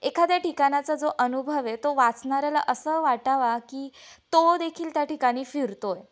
एखाद्या ठिकाणाचा जो अनुभव आहे तो वाचणाऱ्याला असा वाटावा की तो देखील त्या ठिकाणी फिरतो आहे